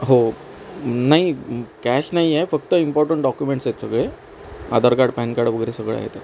हो नाही कॅश नाही आहे फक्त इम्पाॅर्टंट डॉक्युमेंट्स आहेत सगळे आधार कार्ड पॅन कार्ड वगैरे सगळं आहे त्यात